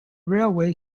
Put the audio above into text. railway